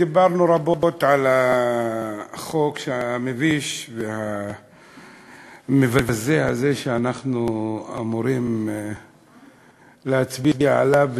דיברנו רבות על החוק המביש והמבזה הזה שאנחנו אמורים להצביע עליו,